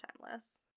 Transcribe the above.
timeless